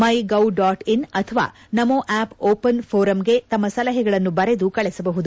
MyGov dot in ಅಥವಾ Namo app open ಪೋರಂಗೆ ತಮ್ಮ ಸಲಹೆಗಳನ್ನು ಬರೆದು ಕಳುಹಿಸಬಹುದು